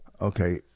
Okay